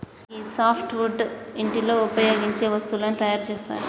గీ softwood ఇంటిలో ఉపయోగించే వస్తువులను తయారు చేస్తరు